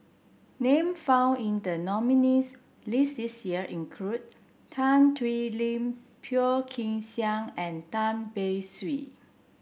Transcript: name found in the nominees' list this year include Tan Thoon Lip Phua Kin Siang and Tan Beng Swee